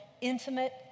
intimate